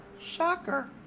Shocker